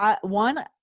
One